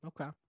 okay